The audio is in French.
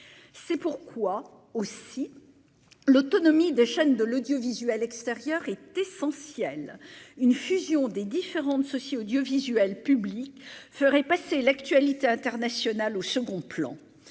c'est pourquoi aussi l'autonomie des chaînes de l'audiovisuel extérieur est essentiel : une fusion des différentes ceci audiovisuel public ferait passer l'actualité internationale au second plan,